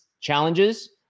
challenges